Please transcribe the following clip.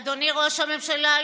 אדוני ראש הממשלה,